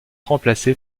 remplacé